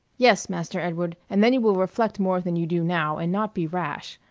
yes, master edward, and then you will reflect more than you do now, and not be rash.